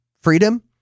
freedom